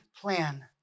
plan